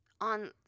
on